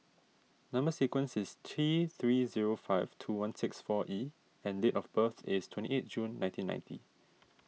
Number Sequence is T three zero five two one six four E and date of birth is twenty eight June nineteen ninety